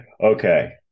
Okay